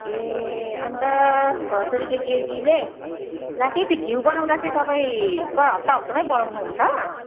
ए अन्त छ सय रुप्पे केजीले ला के के घिउ बनाउँदा चाहिँ तपाईँ के हप्ता हप्तामै बनाउनु हुन्छ